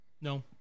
No